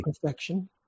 perfection